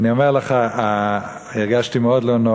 אני אומר לך, הרגשתי מאוד לא נוח.